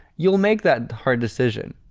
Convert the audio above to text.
you will make that hard decision,